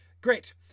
great